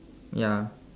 ya